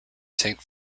saint